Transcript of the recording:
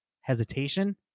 Hesitation